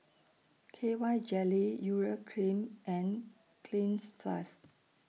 K Y Jelly Urea Cream and Cleanz Plus